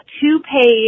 two-page